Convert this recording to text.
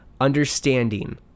understanding